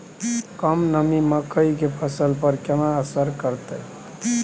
कम नमी मकई के फसल पर केना असर करतय?